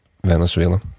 Venezuela